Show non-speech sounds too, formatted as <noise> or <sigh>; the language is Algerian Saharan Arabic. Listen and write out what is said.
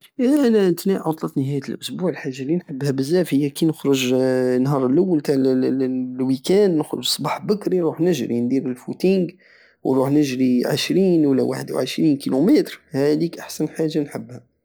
ايه انا في نهاية عطلة الاسبوع الحاجة الي نحبها بزاف هي كي نخرج <hesitation> نهار اللول <hesitation> تع الويكاند نخرج صبح بكري نروح نجري ندير الفوتينق ونروح نجري عشرين ولا واحد وعشرين كيلوميتر هاديك احسن حاجة نحبها